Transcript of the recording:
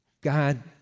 God